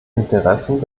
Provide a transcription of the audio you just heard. interessen